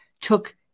took